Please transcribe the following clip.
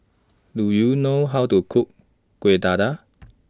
Do YOU know How to Cook Kueh Dadar